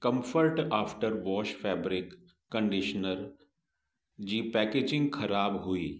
comfort after wash fabric conditioner जी packaging ख़राबु हुई